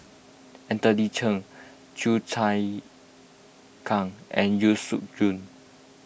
Anthony Chen Chua Chim Kang and Yeo Siak Goon